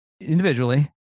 individually